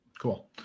cool